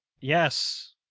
Yes